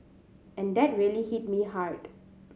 and that really hit me hard